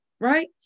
right